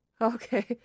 okay